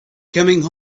coming